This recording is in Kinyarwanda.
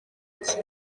iki